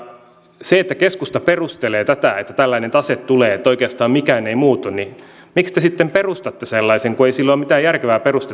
se että keskusta perustelee tätä että tällainen tase tulee sillä että oikeastaan mikään ei muutu niin miksi te sitten perustatte sellaisen kun ei sille ole mitään järkevää perustetta saatu irti